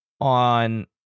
on